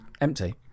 empty